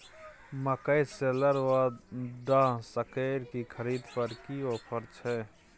मकई शेलर व डहसकेर की खरीद पर की ऑफर छै?